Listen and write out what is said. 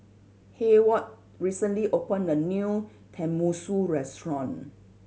Hayward recently opened a new Tenmusu Restaurant